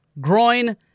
groin